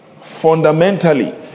fundamentally